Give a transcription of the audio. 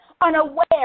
unaware